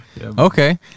Okay